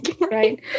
right